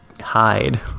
hide